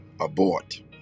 abort